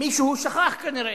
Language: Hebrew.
מישהו שכח כנראה.